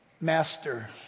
Master